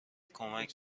کمک